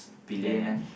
billionaire